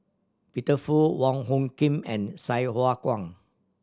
Peter Fu Wong Hung Khim and Sai Hua Kuan